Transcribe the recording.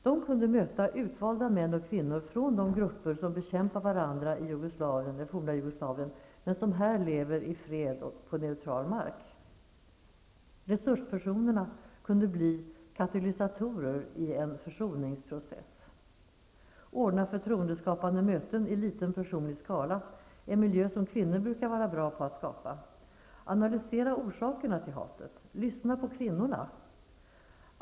De kunde möta utvalda män och kvinnor från de grupper som bekämpar varandra i det forna Jugoslavien men som här lever i fred på neutral mark. Resurspersonerna kunde bli katalysatorer i en försoningsprocess. Ordna förtroendeskapande möten i liten, personlig skala, en miljö som kvinnor brukar vara bra på att skapa. Analysera orsakerna till hatet. Lyssna på kvinnorna!